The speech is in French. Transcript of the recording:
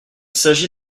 s’agit